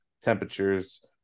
temperatures